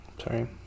Sorry